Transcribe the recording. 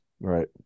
Right